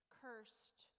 cursed